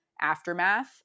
aftermath